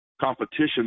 competition